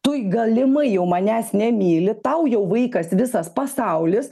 tu galimai jau manęs nemyli tau jau vaikas visas pasaulis